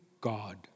God